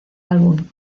álbum